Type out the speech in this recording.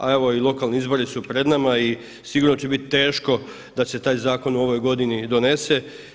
A evo i lokalni izbori su pred nama i sigurno će bit teško da se taj zakon u ovoj godini i donese.